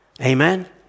Amen